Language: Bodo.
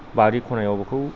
बारि खनायाव बेखौ